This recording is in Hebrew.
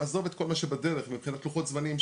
עזוב את כל מה שבדרך מבחינת לוחות זמנים,